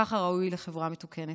ככה ראוי לחברה מתוקנת,